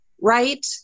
right